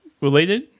related